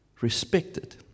respected